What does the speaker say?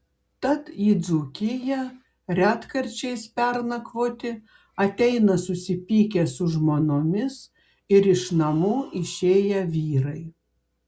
tad į dzūkiją retkarčiais pernakvoti ateina susipykę su žmonomis ir iš namų išėję vyrai